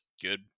good